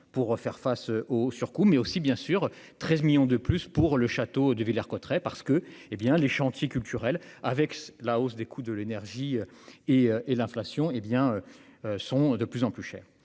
pour faire face au surcoût mais aussi bien sûr 13 millions de plus pour le château de Villers-Cotterets parce que, hé bien les chantiers culturels avec la hausse des coûts de l'énergie et et l'inflation hé bien sont de plus en plus cher,